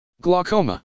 Glaucoma